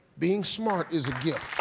being smart is a gift.